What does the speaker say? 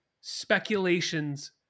speculations